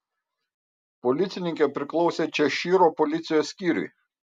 policininkė priklausė češyro policijos skyriui